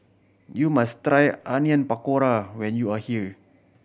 you must try Onion Pakora when you are here